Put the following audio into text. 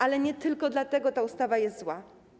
Ale nie tylko dlatego ta ustawa jest zła.